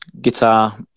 guitar